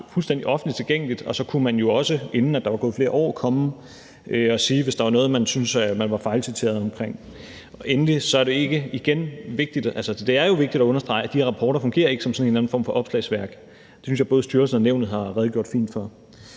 fuldstændig offentligt tilgængeligt, og så kunne man jo også, inden der var gået flere år, komme og sige det, hvis der var noget, man syntes man var fejlciteret om. Det er jo vigtigt at understrege, at de rapporter ikke fungerer som sådan en eller anden form for opslagsværk. Det synes jeg både styrelsen og nævnet har redegjort fint for.